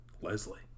Leslie